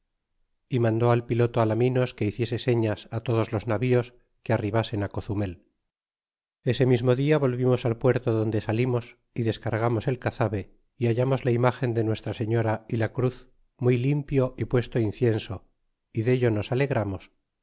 y mandó al piloto alaminos que hiciese señas a todos los navíos que arribasen cozumel el mismo dia volvimos al puerto donde salimos y descargamos el cazabe y hallamos la imgen de nuestra señora y la cruz muy limpio y puesto incienso y dello nos alegramos